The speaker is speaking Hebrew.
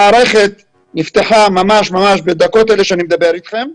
המערכת נפתחה ממש בדקות אלה שאני מדבר אתכם.